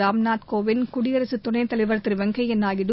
ராம்நாத் கோவிந்த் குடியரசுதுணைத் தலைவர் திருவெங்கையநாயுடு